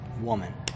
woman